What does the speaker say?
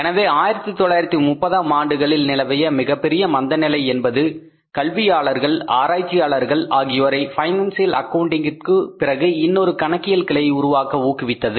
எனவே 1930ஆம் ஆண்டுகளில் நிலவிய மிகப்பெரிய மந்தநிலை என்பது கல்வியாளர்கள் ஆராய்ச்சியாளர்கள் ஆகியோரை பைனான்சியல் அக்கவுண்டிற்கு பிறகு இன்னொரு கணக்கியல் கிளையை உருவாக்க ஊக்குவித்தது